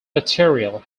material